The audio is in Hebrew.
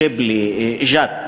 שיבלי, ג'ת.